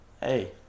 hey